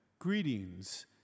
Greetings